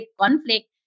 conflict